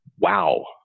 wow